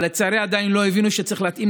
אבל לצערי עדיין לא הבינו שצריך להתאים